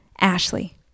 Ashley